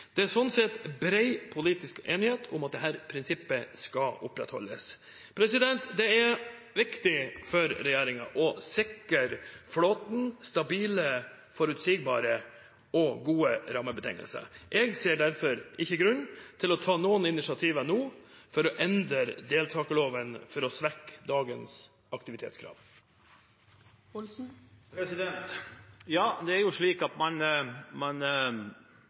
Det er sånn sett bred politisk enighet om at dette prinsippet skal opprettholdes. Det er viktig for regjeringen å sikre flåten stabile, forutsigbare og gode rammebetingelser. Jeg ser derfor ikke noen grunn til å ta noen initiativer nå for å endre deltakerloven for å svekke dagens aktivitetskrav. Ja, man ser fra tid til annen at det er